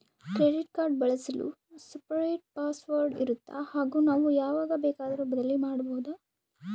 Credit card ಬಳಸಲು separate password ಇರುತ್ತಾ ಹಾಗೂ ನಾವು ಯಾವಾಗ ಬೇಕಾದರೂ ಬದಲಿ ಮಾಡಬಹುದಾ?